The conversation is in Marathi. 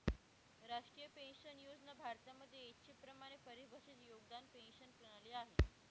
राष्ट्रीय पेन्शन योजना भारतामध्ये इच्छेप्रमाणे परिभाषित योगदान पेंशन प्रणाली आहे